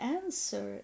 answer